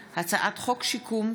חוק שמספרה פ/1203/22: הצעת חוק שיקום,